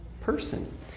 person